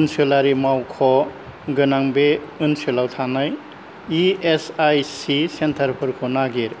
ओनसोलारि मावख' गोनां बे ओनसोलाव थानाय इ एस आइ सि सेन्टारफोरखौ नागिर